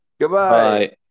Goodbye